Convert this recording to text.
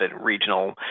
regional